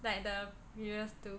like the previous two